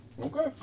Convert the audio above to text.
Okay